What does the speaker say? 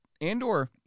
Andor